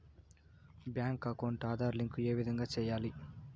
Bank account Aadhaar link ఏ విధంగా సెయ్యాలి?